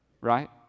right